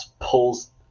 pulls